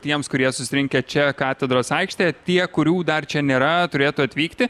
tiems kurie susirinkę čia katedros aikštėje tie kurių dar čia nėra turėtų atvykti